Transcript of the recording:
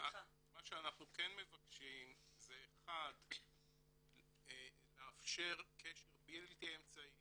--- מה שאנחנו כן מבקשים זה לאפשר קשר בלתי אמצעי